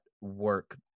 work